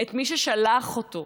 את מי ששלח אותו,